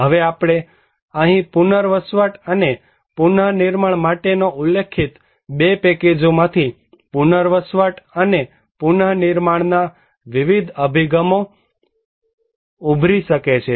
હવે આપણે અહીં પુનર્વસવાટ અને પુનર્નિર્માણમાટે ઉલ્લેખિત 2 પેકેજો માંથીપુનર્વસવાટ અને પુનર્નિર્માણ ના વિવિધ અભિગમો ઉભરી શકે છે